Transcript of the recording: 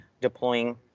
deploying